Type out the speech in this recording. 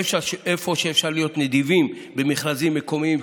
איפה שאפשר להיות נדיבים במכרזים מקומיים,